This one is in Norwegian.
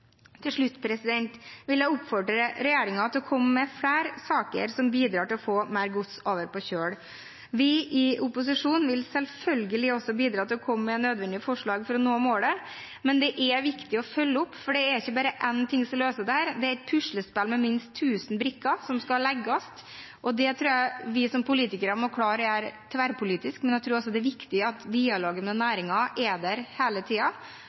Til slutt vil jeg oppfordre regjeringen til å komme med flere saker som bidrar til å få mer gods over på kjøl. Vi i opposisjonen vil selvfølgelig også bidra til å komme med nødvendige forslag for å nå målet, men det er viktig å følge opp, for det er ikke bare én ting som løser dette. Det er et puslespill med minst 1 000 brikker som skal legges, og det tror jeg vi som politikere må klare å gjøre tverrpolitisk. Jeg tror også det er viktig at dialogen med næringen er der hele